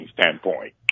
standpoint